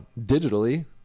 digitally